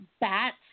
bats